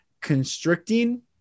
constricting